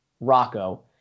Rocco